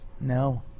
No